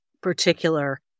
particular